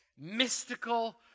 mystical